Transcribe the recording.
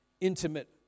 intimate